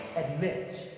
admit